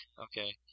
Okay